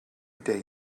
day